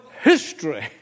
history